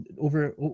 over